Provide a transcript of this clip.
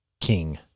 King